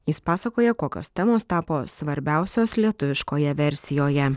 jis pasakoja kokios temos tapo svarbiausios lietuviškoje versijoje